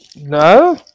No